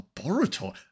laboratory